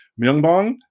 myungbong